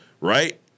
Right